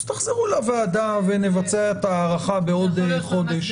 אז תחזרו לוועדה ונבצע את ההערכה בעוד חודש.